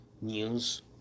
News